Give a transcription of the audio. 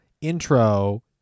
intro